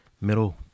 middle